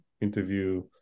interview